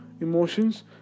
Emotions